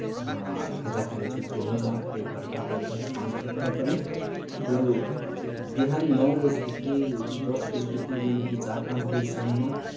खाजा खाने छुट्टी हुन्छ एक घन्टा पैँतालिस मिनटको तर पनि यो बिहान नौ बजीदेखि दस बजीदेखि बेलुकी चार पाँच बजीसम्म